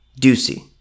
Ducey